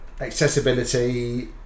accessibility